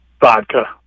Vodka